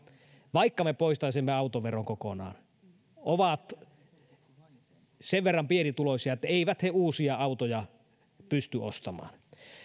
vaikka me poistaisimme autoveron kokonaan on sen verran pienituloisia että eivät he uusia autoja pysty ostamaan